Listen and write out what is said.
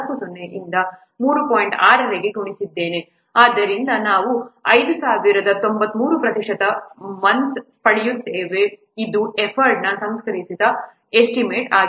6 ಗೆ ಗುಣಿಸಿದ್ದೇನೆ ಆದ್ದರಿಂದ ನಾವು5093 ಪ್ರತಿಶತ ಮೊಂತ್ಸ್ ಪಡೆಯುತ್ತೇವೆ ಇದು ಎಫರ್ಟ್ನ ಸಂಸ್ಕರಿಸಿದ ಎಸ್ಟಿಮೇಟ್ ಆಗಿದೆ